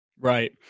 Right